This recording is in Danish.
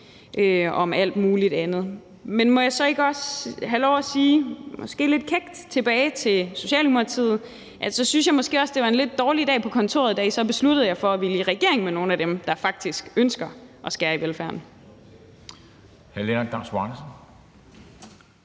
om alt muligt andet. Men må jeg så ikke også have lov at sige – måske lidt kækt – tilbage til Socialdemokratiet, at jeg måske så også synes, det var en lidt dårlig dag på kontoret, da I besluttede jer for at ville i regering med nogle af dem, der faktisk ønsker at skære i velfærden?